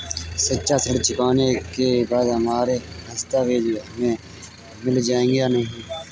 शिक्षा ऋण चुकाने के बाद हमारे दस्तावेज हमें मिल जाएंगे या नहीं?